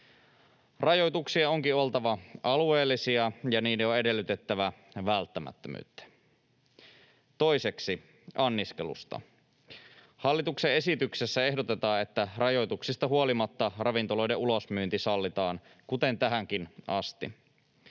Rajoituksien onkin oltava alueellisia, ja niiden on edellytettävä välttämättömyyttä. Toiseksi anniskelusta: Hallituksen esityksessä ehdotetaan, että rajoituksista huolimatta ravintoloiden ulosmyynti sallitaan, kuten tähänkin asti.